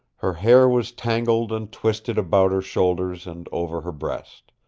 her hair was tangled and twisted about her shoulders and over her breast.